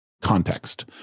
context